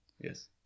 Yes